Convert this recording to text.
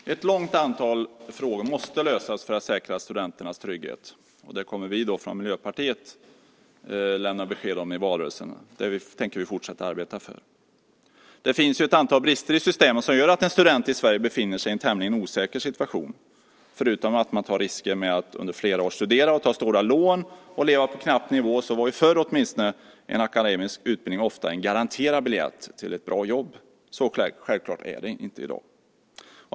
Herr talman! Ett stort antal frågor måste lösas för att vi ska säkra studenternas trygghet. Det kommer vi från Miljöpartiet att lämna besked om i valrörelsen. Det tänker vi fortsätta att arbeta för. Det finns ett antal brister i systemet som gör att en student i Sverige befinner sig i en tämligen osäker situation, förutom att man tar risker med att under flera år studera och ta stora lån och leva på en knapp nivå. Förr var en akademisk utbildning ofta en garanterad biljett till ett bra jobb, men så självklart är det inte i dag.